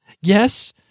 Yes